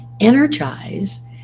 energize